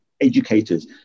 educators